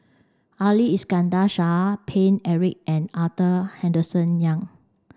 Ali Iskandar Shah Paine Eric and Arthur Henderson Young